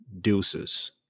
deuces